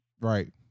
right